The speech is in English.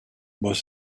was